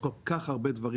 בכל-כך הרבה דברים.